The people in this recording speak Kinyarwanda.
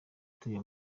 utuye